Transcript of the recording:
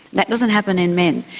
that doesn't happen in men.